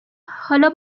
حالا